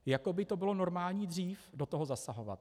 Jako by to bylo normální dřív do toho zasahovat.